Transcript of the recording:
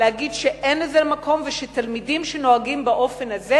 להגיד שאין לזה מקום ושתלמידים שנוהגים באופן הזה,